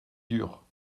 dure